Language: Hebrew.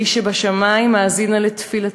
אלי שבשמים, האזינה לתפילתי,